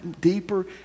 deeper